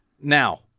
Now